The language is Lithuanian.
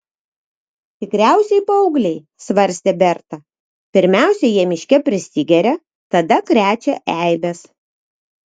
tikriausiai paaugliai svarstė berta pirmiausia jie miške prisigeria tada krečia eibes